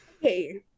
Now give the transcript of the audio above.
Hey